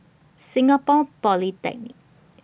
Singapore Polytechnic